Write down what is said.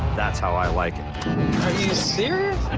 that's how i like and are you serious?